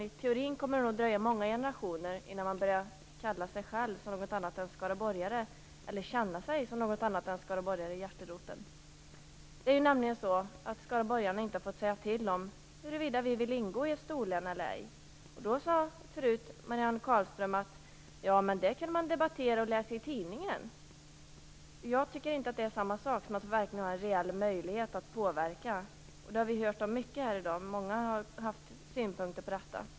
I teorin kommer det nog att dröja många generationer innan man börjar kalla sig själv för något annat än skaraborgare, eller i hjärteroten känna sig som något annat än skaraborgare. Skaraborgarna har inte fått säga till om huruvida vi vill ingå i ett storlän eller ej. Marianne Carlström sade förut att det kunde man debattera och läsa om i tidningen. Jag tycker inte att det är samma sak som att verkligen ha en reell möjlighet att påverka. Det har vi hört mycket om här i dag. Många har haft synpunkter på detta.